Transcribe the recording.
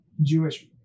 Jewish